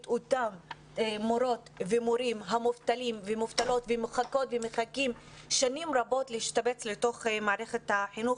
אותן מורות ומורים מובטלים שמחכים שנים רבות להשתבץ בתוך מערכת החינוך.